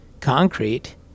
concrete